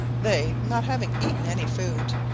they not having eaten any food,